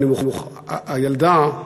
הילדה,